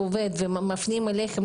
אני יודעת שזה עובד ושמפנים אליכם,